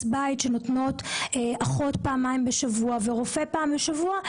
בית שנותנות אחות פעמיים בשבוע ורופא פעם בשבוע,